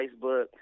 Facebook